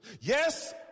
Yes